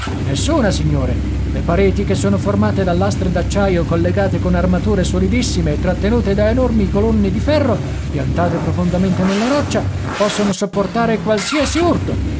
nessuna signore le pareti che sono formate da lastre d'acciaio collegate con armature solidissime e trattenute da enormi colonne di ferro piantate profondamente nella roccia possono sopportare qualsiasi urto